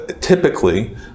typically